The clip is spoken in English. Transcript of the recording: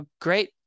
Great